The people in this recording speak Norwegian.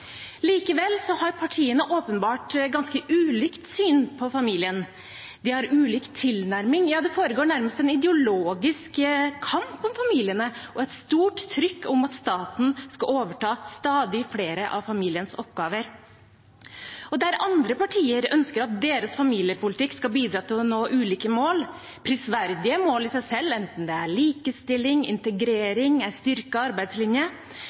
Likevel har partiene åpenbart ganske ulikt syn på familien, og de har ulik tilnærming. Ja, det foregår nærmest en ideologisk kamp når det gjelder familiene, og det er et stort trykk på at staten skal overta stadig flere av familiens oppgaver. Der andre partier ønsker at deres familiepolitikk skal bidra til at man når ulike mål – prisverdige mål i seg selv, enten det er likestilling, integrering eller en styrket arbeidslinje